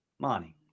money